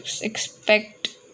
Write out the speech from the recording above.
expect